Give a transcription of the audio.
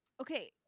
okay